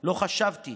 לא חשבתי